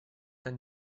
как